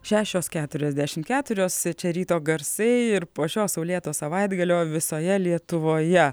šešios keturiasdešim keturios čia ryto garsai ir po šio saulėto savaitgalio visoje lietuvoje